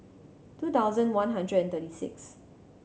two thousand one hundred and thirty six